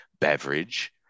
beverage